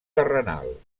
terrenal